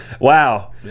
Wow